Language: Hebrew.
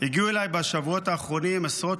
הגיעו אליי בשבועות האחרונים עשרות